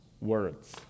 Words